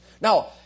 Now